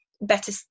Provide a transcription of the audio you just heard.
better